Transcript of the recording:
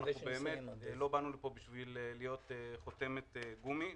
לא באנו לפה בשביל להיות חותמת גומי,